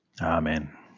Amen